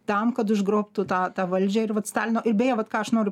tam kad užgrobtų tą tą valdžią ir vat stalino ir beje vat ką aš noriu